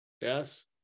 yes